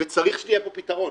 וצריך שיהיה פה פתרון.